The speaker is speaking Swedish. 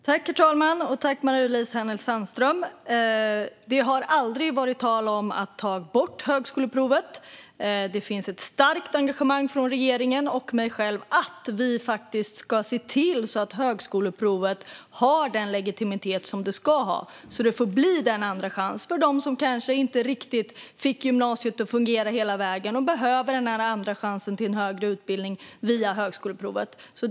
Herr talman! Tack, Marie-Louise Hänel Sandström! Det har aldrig varit tal om att ta bort högskoleprovet. Det finns ett starkt engagemang hos regeringen och mig själv för att se till att högskoleprovet har den legitimitet som det ska ha så att det förblir en andra chans för dem som kanske inte riktigt fick gymnasiet att fungera hela vägen och behöver chansen till högre utbildning via högskoleprovet.